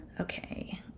Okay